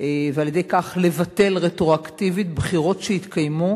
ועל-ידי כך לבטל רטרואקטיבית בחירות שהתקיימו